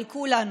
על כולנו.